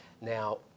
Now